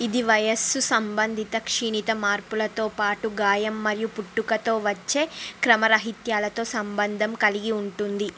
ఇది వయస్సు సంబంధిత క్షీణత మార్పులతో పాటు గాయం మరియు పుట్టుకతో వచ్చే క్రమరాహిత్యాలతో సంబంధం కలిగి ఉంటుంది